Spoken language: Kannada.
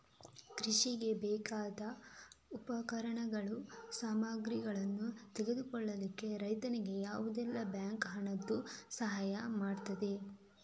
ಕೃಷಿಗೆ ಬೇಕಾದ ಉಪಕರಣಗಳು, ಸಾಮಗ್ರಿಗಳನ್ನು ತೆಗೆದುಕೊಳ್ಳಿಕ್ಕೆ ರೈತನಿಗೆ ಯಾವುದೆಲ್ಲ ಬ್ಯಾಂಕ್ ಹಣದ್ದು ಸಹಾಯ ಮಾಡ್ತದೆ?